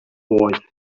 boy